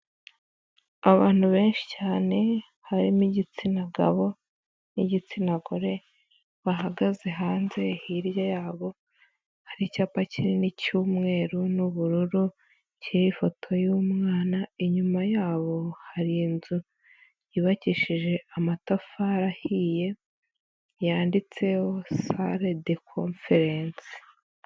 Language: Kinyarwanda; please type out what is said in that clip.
Abantu benshi cyane, harimo igitsina gabo n'igitsina gore, bahagaze hanze, hirya yabo hari icyapa kinini cy'umweru n'ubururu, kiriho ifoto y'umwana, inyuma yabo hari inzu yubakishije amatafari ahiye, yanditseho sale de konferensi.